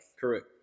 Correct